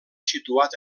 situat